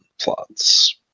plots